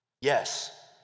Yes